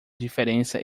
diferença